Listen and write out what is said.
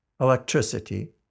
electricity